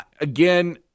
Again